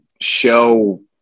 show